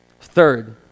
Third